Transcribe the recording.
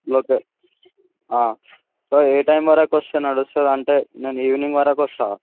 okay sir ఏ time వరకు వస్తే నడుస్తుంది అంటే నేను ఈవెనింగ్ వరకు వస్తా